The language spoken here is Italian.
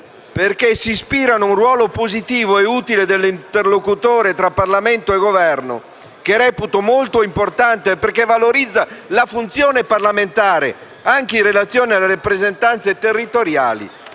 perché si ispirano a un ruolo positivo e utile dell'interlocuzione tra Parlamento e Governo, che reputo molto importante perché valorizza la funzione parlamentare anche in relazione alle rappresentanze territoriali»,